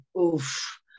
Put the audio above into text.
oof